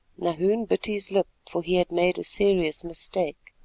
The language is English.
nahoon bit his lip, for he had made a serious mistake.